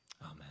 amen